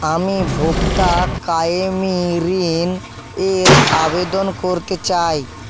আমি ভোক্তা কায়েমী ঋণের আবেদন করতে চাই